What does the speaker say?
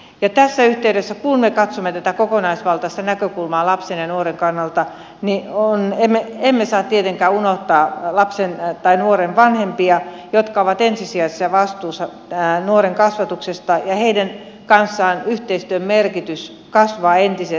ja tässä yhteydessä kun me katsomme tätä kokonaisvaltaista näkökulmaa lapsen ja nuoren kannalta emme saa tietenkään unohtaa nuoren vanhempia jotka ovat ensisijaisessa vastuussa nuoren kasvatuksesta ja heidän kanssaan yhteistyön merkitys kasvaa entisestään